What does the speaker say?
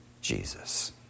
Jesus